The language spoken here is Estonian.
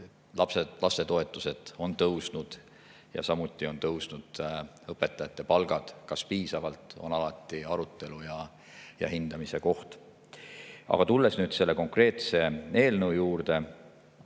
lastetoetused on tõusnud ja samuti on tõusnud õpetajate palgad. Kas piisavalt, on alati arutelu ja hindamise koht. Aga tulles nüüd selle konkreetse eelnõu juurde: